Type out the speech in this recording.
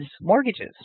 mortgages